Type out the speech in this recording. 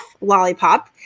lollipop